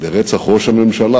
מרצח ראש הממשלה